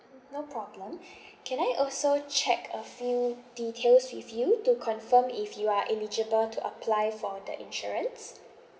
no problem can I also check a few details with you to confirm if you are eligible to apply for the insurance